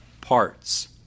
parts